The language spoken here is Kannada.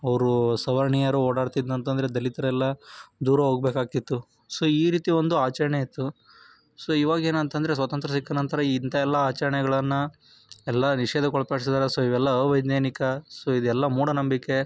ಅವರು ಸವರ್ಣೀಯರು ಓಡಾಡ್ತಿದ್ದು ಅಂತ ಅಂದ್ರೆ ದಲಿತರೆಲ್ಲ ದೂರ ಹೋಗಬೇಕಾಗ್ತಿತ್ತು ಸೊ ಈ ರೀತಿ ಒಂದು ಆಚರಣೆ ಇತ್ತು ಸೊ ಇವಾಗ ಏನಂತ ಅಂದ್ರೆ ಸ್ವಾತಂತ್ರ್ಯ ಸಿಕ್ಕ ನಂತರ ಇಂತವೆಲ್ಲ ಆಚರಣೆಗಳನ್ನು ಎಲ್ಲ ನಿಷೇಧಗೊಳಪಡಿಸಿದರೆ ಸೊ ಇವೆಲ್ಲ ಅವೈಜ್ಞಾನಿಕ ಸೊ ಇದೆಲ್ಲ ಮೂಢನಂಬಿಕೆ